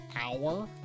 hour